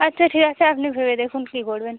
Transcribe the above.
আচ্ছা ঠিক আছে আপনি ভেবে দেখুন কী করবেন